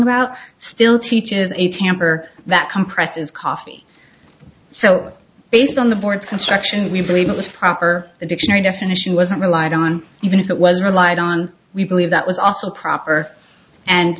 about still teaches a temper that compresses coffee so based on the board construction we believe it was proper the dictionary definition wasn't relied on even if it was relied on we believe that was also proper and